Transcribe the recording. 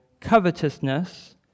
Covetousness